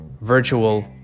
virtual